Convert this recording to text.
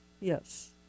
Yes